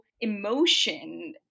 emotion